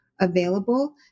available